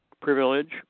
privilege